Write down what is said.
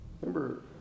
remember